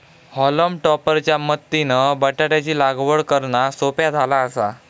हॉलम टॉपर च्या मदतीनं बटाटयाची लागवड करना सोप्या झाला आसा